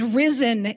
risen